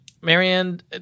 Marianne